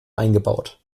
eingebaut